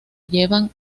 llevan